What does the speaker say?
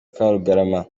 karugarama